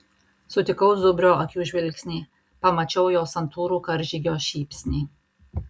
sutikau zubrio akių žvilgsnį pamačiau jo santūrų karžygio šypsnį